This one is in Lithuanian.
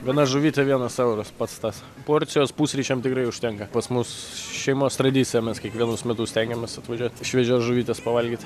viena žuvytė vienas euras pats tas porcijos pusryčiam tikrai užtenka pas mus šeimos tradicija mes kiekvienus metus stengiamės atvažiuot šviežios žuvytės pavalgyt